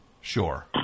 Sure